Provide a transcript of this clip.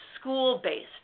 school-based